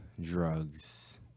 drugs